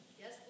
Yes